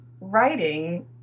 writing